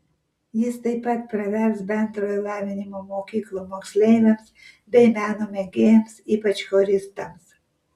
jis taip pat pravers bendrojo lavinimo mokyklų moksleiviams bei meno mėgėjams ypač choristams